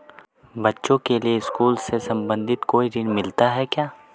बच्चों के लिए स्कूल से संबंधित कोई ऋण मिलता है क्या?